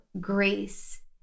grace